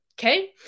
Okay